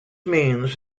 means